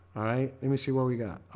all right, let me see what we got